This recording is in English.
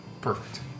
Perfect